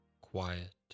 quiet